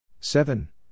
Seven